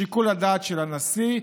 שיקול הדעת של הנשיא,